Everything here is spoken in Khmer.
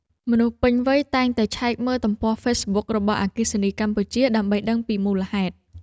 មនុស្សពេញវ័យតែងតែឆែកមើលទំព័រហ្វេសប៊ុករបស់អគ្គិសនីកម្ពុជា ដើម្បីដឹងពីមូលហេតុ។